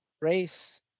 Race